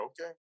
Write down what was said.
Okay